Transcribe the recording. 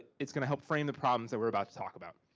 it's gonna help frame the problems that we are about to talk about.